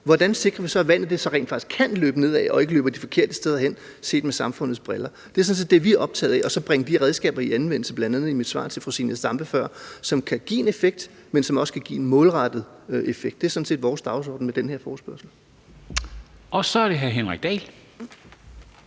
hvordan sikrer vi så, at vandet rent faktisk kan løbe nedad og ikke løber de forkerte steder hen, set med samfundets briller? Det er sådan set det, vi er optaget af, og så at bringe de redskaber i anvendelse, som jeg nævnte i bl.a. mit svar til fru Zenia Stampe før. Det kan give en effekt, men det kan også give en målrettet effekt. Det er sådan set vores dagsorden med den her forespørgsel. Kl. 13:42 Formanden (Henrik Dam